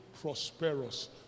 prosperous